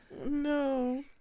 No